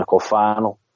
final